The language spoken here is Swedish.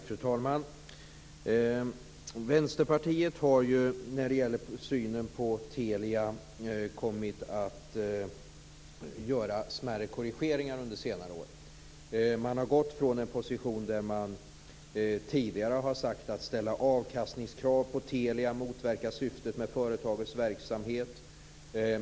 Fru talman! Vänsterpartiet har ju när det gäller synen på Telia kommit att göra smärre korrigeringar under senare år. Man har gått från en position där man tidigare har sagt så här: Att ställa avkastningskrav på Telia motverkar syftet med företagets verksamhet.